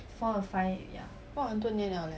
!wah! 很多年 liao leh